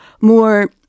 more